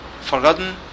forgotten